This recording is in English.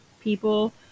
people